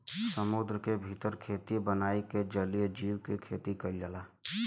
समुंदर के भीतर खेती बनाई के जलीय जीव के खेती कईल जाला